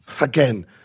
again